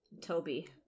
Toby